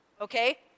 okay